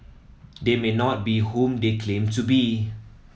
they may not be whom they claim to be